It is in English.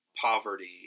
Poverty